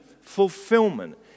fulfillment